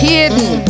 Hidden